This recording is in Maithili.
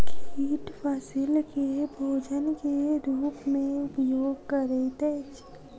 कीट फसील के भोजन के रूप में उपयोग करैत अछि